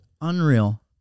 Unreal